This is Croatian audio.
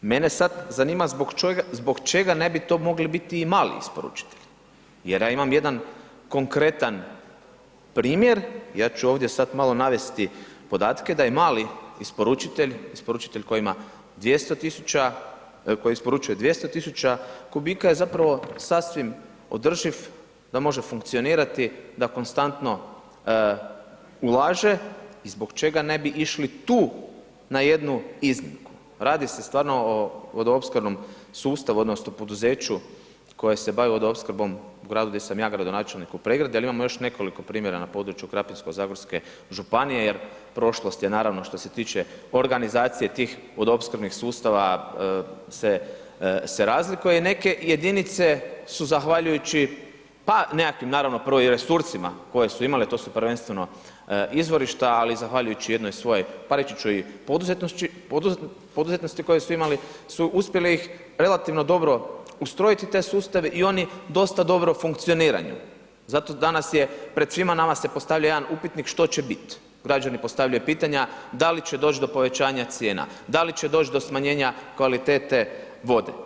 Mene sad zanima zbog čega ne bi to mogli biti i mali isporučitelji jer ja imam jedan konkretan primjer, ja ću ovdje sad malo navesti podatke da je mali isporučitelj, isporučitelj koji isporučuje 200 000 kubika je zapravo sasvim održiv da može funkcionirati, da konstantno ulaže, zbog čega ne bi išli tu na jednu iznimku, radi se stvarno o vodoopskrbnom sustavu odnosno poduzeću koje se bavi vodoopskrbom u gradu gdje sam ja gradonačelnik, u Pregradi, ali imamo još nekoliko primjera na području Krapinsko-zagorske županije jer prošlost je naravno što se tiče organizacije tih vodoopskrbnih sustava se razlikuje i neke jedinice su zahvaljujući pa nekakvim naravno, prvo i resursima koje su imale a to su prvenstveno izvorišta ali zahvaljujući jednoj svojoj pa reći ću i poduzetnosti koju su imali su uspjeli ih relativno dobro ustrojiti taj sustav i oni dosta dobro funkcioniraju zato danas je pred svima nama se postavljao jedan upitnik što biti, građani postavljaju pitanja da li će doći do povećanja cijena, da li će doći do smanjenja kvalitete vode.